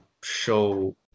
show